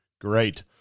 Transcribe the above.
Great